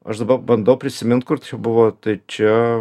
aš dabar bandau prisimint kur čia buvo tai čia